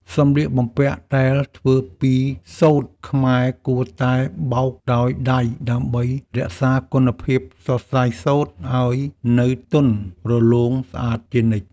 សម្លៀកបំពាក់ដែលធ្វើពីសូត្រខ្មែរគួរតែបោកដោយដៃដើម្បីរក្សាគុណភាពសរសៃសូត្រឱ្យនៅទន់រលោងស្អាតជានិច្ច។